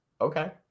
Okay